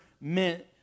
meant